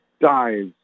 dies